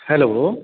hello